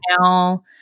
now